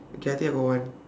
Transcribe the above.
okay I think I got one